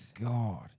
god